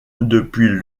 depuis